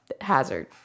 hazard